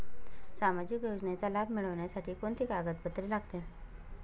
सामाजिक योजनेचा लाभ मिळण्यासाठी कोणती कागदपत्रे लागतील?